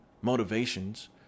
motivations